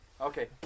Okay